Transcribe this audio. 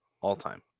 all-time